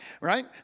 right